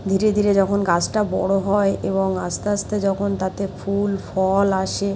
ধীরে ধীরে যখন গাছটা বড়ো হয় এবং আস্তে আস্তে যখন তাতে ফুল ফল আসে